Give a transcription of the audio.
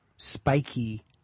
Spiky